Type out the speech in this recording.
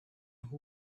who